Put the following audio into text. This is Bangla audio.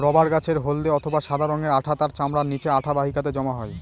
রবার গাছের হল্দে অথবা সাদা রঙের আঠা তার চামড়ার নিচে আঠা বাহিকাতে জমা হয়